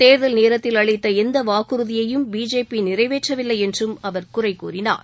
தேர்தல் நேரத்தில் அளித்த எந்த வாக்குறுதியையும் பிஜேபி நிறைவேற்றவில்லை என்றும் அவர் குறை கூறினார்